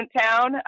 Town